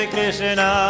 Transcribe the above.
Krishna